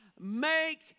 make